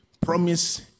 Promise